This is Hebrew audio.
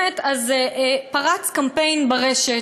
אז פרץ קמפיין ברשת,